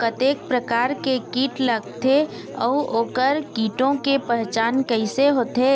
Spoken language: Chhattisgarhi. कतेक प्रकार के कीट लगथे अऊ ओकर कीटों के पहचान कैसे होथे?